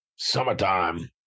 Summertime